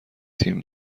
تیم